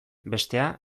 bestea